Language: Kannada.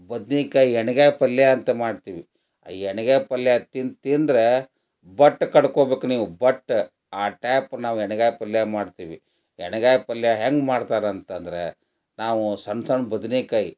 ಬದ್ನೆಕಾಯಿ ಎಣ್ಗಾಯಿ ಪಲ್ಯ ಅಂತ ಮಾಡ್ತೀವಿ ಆ ಎಣ್ಗಾಯಿ ಪಲ್ಯ ತಿಂದು ತಿಂದರೆ ಬಟ್ ಕಡ್ಕೊಳ್ಬೇಕು ನೀವು ಬಟ್ಟ ಆ ಟೈಪ್ ನಾವು ಎಣ್ಗಾಯಿ ಪಲ್ಯ ಮಾಡ್ತೀವಿ ಎಣ್ಗಾಯಿ ಪಲ್ಯ ಹೆಂಗೆ ಮಾಡ್ತಾರೆ ಅಂತಂದ್ರೆ ನಾವು ಸಣ್ಣ ಸಣ್ಣ ಬದ್ನೆಕಾಯಿ